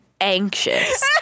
anxious